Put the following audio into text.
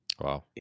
wow